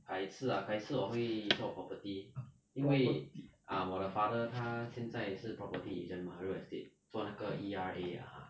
改次 ah 改次我会做 property 因为 uh 我的 father 他现在是 property agent mah real estate 做那个 E_R_A ah ya